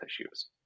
issues